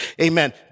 amen